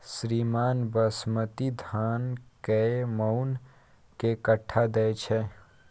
श्रीमान बासमती धान कैए मअन के कट्ठा दैय छैय?